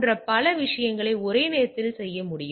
எனவே இது தனியார் ஐபி பொது ஐபி நேட்டிங் இங்கே செய்யப்படுகிறது